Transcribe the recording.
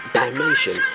dimension